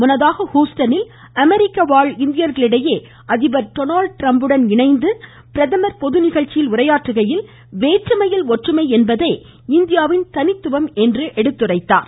முன்னதாக ஹுஸ்டனில் அமெரிக்கவாழ் இந்தியர்களிடையே அதிபர் டொனால்ட் டர்ம்புடன் இணைந்து பிரதமர் பொது நிகழ்ச்சியில் உரையாற்றுகையில் வேற்றுமையில் ஒற்றுமை என்பதே இந்தியாவின் தனித்துவம் என்று எடுத்துரைத்தார்